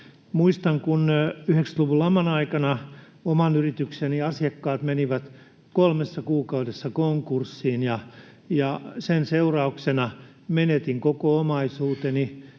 Muistan, kun 90-luvun laman aikana oman yritykseni asiakkaat menivät kolmessa kuukaudessa konkurssiin. Sen seurauksena menetin koko omaisuuteni.